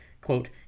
quote